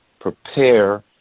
prepare